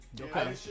Okay